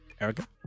Erica